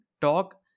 talk